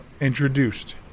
introduced